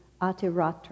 Atiratra